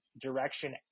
direction